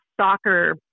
soccer